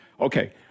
Okay